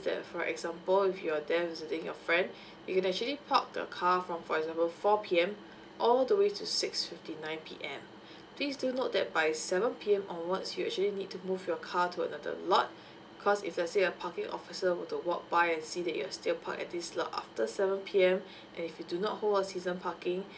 that for example if you're there visiting your friend you can actually park the car from for example four P_M all the way to six fifty nine P_M please do note that by seven P_M onwards you actually need to move your car to another lot cause if let's say a parking officer were to walk by and see that you're still park at this lot after seven P_M and if you do not hold a season parking